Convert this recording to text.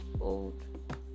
old